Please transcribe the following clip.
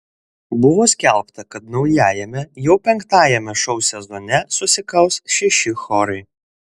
buvo skelbta kad naujajame jau penktajame šou sezone susikaus šeši chorai